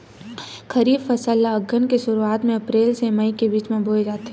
खरीफ फसल ला अघ्घन के शुरुआत में, अप्रेल से मई के बिच में बोए जाथे